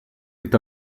est